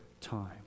time